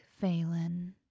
Phelan